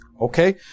Okay